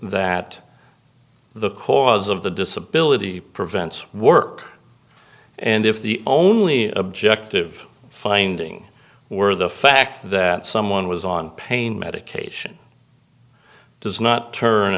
that the cause of the disability prevents work and if the only objective finding were the fact that someone was on pain medication does not turn